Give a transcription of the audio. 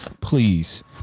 please